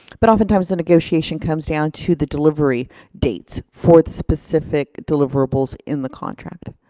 but oftentimes the negotiation comes down to the delivery dates for the specific deliverables in the contract.